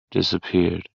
disappeared